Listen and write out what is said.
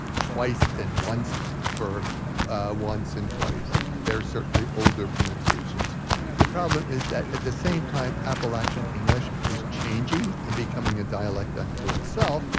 twiced and onced for once and twice. and there are certainly older pronunciations the problem is that at the same time, appalachian english is changing and becoming a dialect unto itself,